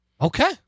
Okay